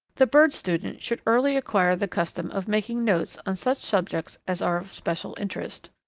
the bird student should early acquire the custom of making notes on such subjects as are of special interest.